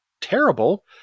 terrible